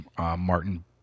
Martin